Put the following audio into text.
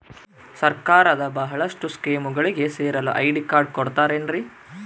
ಸರ್ಕಾರದ ಬಹಳಷ್ಟು ಸ್ಕೇಮುಗಳಿಗೆ ಸೇರಲು ಐ.ಡಿ ಕಾರ್ಡ್ ಕೊಡುತ್ತಾರೇನ್ರಿ?